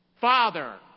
Father